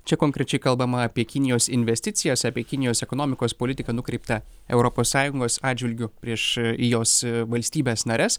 čia konkrečiai kalbama apie kinijos investicijas apie kinijos ekonomikos politiką nukreiptą europos sąjungos atžvilgiu prieš jos valstybes nares